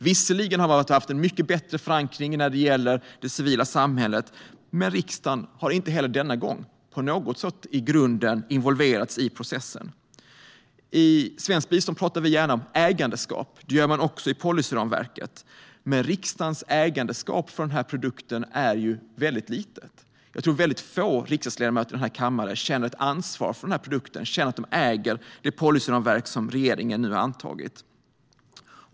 Visserligen har man haft en mycket bättre förankring i det civila samhället, men riksdagen har i grunden inte heller denna gång på något sätt involverats i processen. I svenskt bistånd pratar vi gärna om ägandeskap. Det gör man också i policyramverket. Men riksdagens ägandeskap för den här produkten är ju väldigt litet. Jag tror att väldigt få riksdagsledamöter i den här kammaren känner ett ansvar för den här produkten, känner att de äger det policyramverk som regeringen nu antagit.